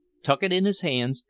tuk it in his hands,